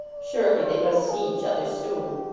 surely they must see each other soon!